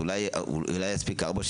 אולי יספיקו לו ארבע.